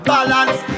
Balance